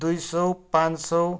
दुई सय पाँच सय